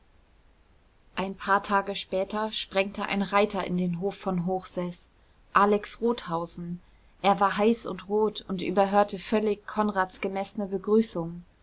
ein paar tage später sprengte ein reiter in den hof von hochseß alex rothausen er war heiß und rot und überhörte völlig konrads gemessene begrüßung